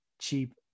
cheap